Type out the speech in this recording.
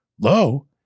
Lo